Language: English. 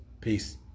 Peace